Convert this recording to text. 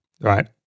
right